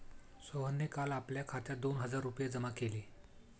सोहनने काल आपल्या खात्यात दोन हजार रुपये जमा केले